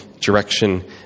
direction